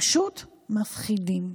פשוט מפחידים.